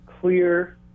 clear